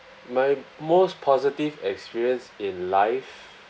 my most positive experience in life